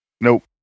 Nope